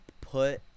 put